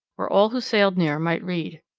where all who sailed near might read.